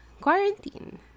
quarantine